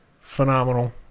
phenomenal